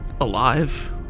alive